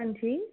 हंजी